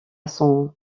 son